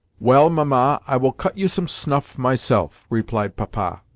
well, mamma, i will cut you some snuff myself, replied papa,